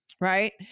Right